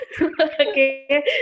okay